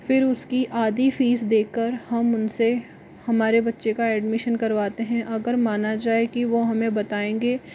फिर उसकी आधी फीस देकर हम उनसे हमारे बच्चे का एडमिशन करवाते हैं अगर माना जाए कि वह हमें बताएँगे